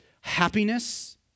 happiness